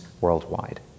worldwide